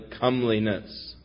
comeliness